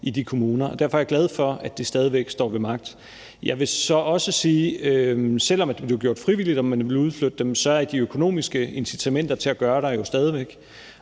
i de kommuner. Derfor er jeg glad for, at det stadig væk står ved magt. Jeg vil så også sige, at selv om det blev gjort frivilligt, om man ville udflytte dem, er de økonomiske incitamenter til at gøre det der jo stadig væk.